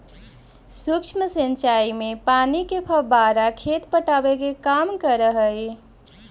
सूक्ष्म सिंचाई में पानी के फव्वारा खेत पटावे के काम करऽ हइ